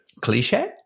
cliche